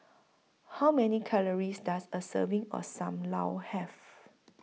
How Many Calories Does A Serving of SAM Lau Have